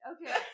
Okay